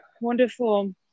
wonderful